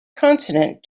consonant